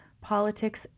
politics